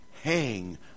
hang